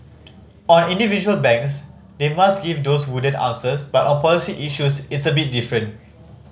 on individual banks they must give those wooden answers but on policy issues it's a bit different